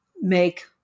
make